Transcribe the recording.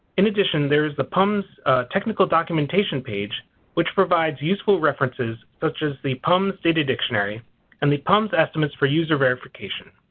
in addition there is the pums technical documentation page which provides useful references such as the pums data dictionary and the pums estimates for user verification.